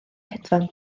hedfan